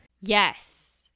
Yes